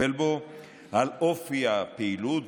לטפל בו לפי אופי הפעילות.